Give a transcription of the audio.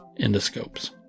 endoscopes